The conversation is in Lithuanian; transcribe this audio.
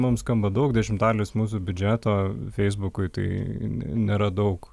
mums skamba daug dešimtadalis mūsų biudžeto feisbukui tai nėra daug